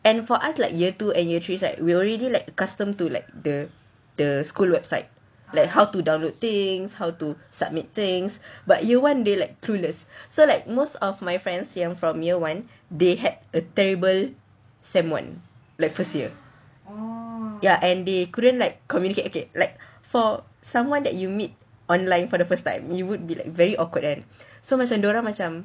and for us like year two and year threes like we already like accustomed to like the the school website like how to download things how to submit things but year one they like clueless so like most of my friends here from year one they had a terrible semester one like first year ya and they couldn't like communicate okay like for someone that you meet online for the first time you would be like very awkward right kan so macam dorang macam